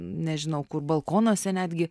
nežinau kur balkonuose netgi